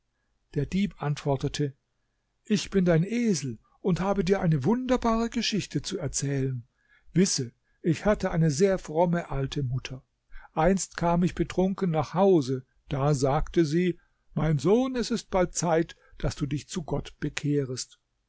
der dieb antwortete ich bin dein esel und habe dir eine wunderbare geschichte zu erzählen wisse ich hatte eine sehr fromme alte mutter einst kam ich betrunken nach hause da sagte sie mein sohn es ist bald zeit daß du dich zu gott bekehrest